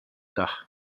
dach